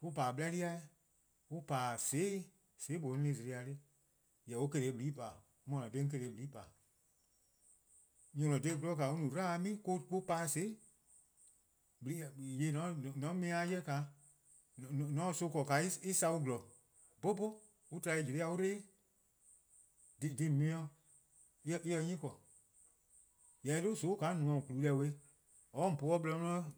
'weh on. pa-dih:'blea' 'weh, on :pa-dih :soon' 'weh, :soon: :mlor 'an zlo-ih-a 'de, jorwor: on se-' :blii' pa-dih. mor-: :or :ne-a dha :dha :daa 'on se-' :blii' pa-dih. Nyor+ :on :ne-a dha gwlor on 'dlu :mii: mo-: 'an pa-dih :soon' > mor :on ble-ih-a 'jeh, mor :on se son 'ble :yee en samu :gwlor, bo bo an tba-dih 'jlehn+ dih an 'dba-ih, dhih :on 'ble-a en se 'nyne :korn. :mor eh 'dhu :soon' :ka :on do klu-a deh :beh or :om po-uh 'de blor 'di 'ye-a 'o 'da